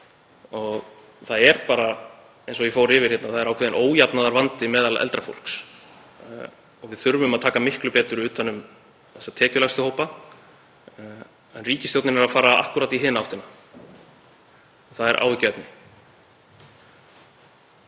Það er, eins og ég fór yfir hérna, ákveðinn ójafnaðarvandi meðal eldra fólks. Við þurfum að taka miklu betur utan um þessa tekjulægstu hópa en ríkisstjórnin er að fara akkúrat í hina áttina. Það er áhyggjuefni.